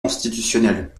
constitutionnel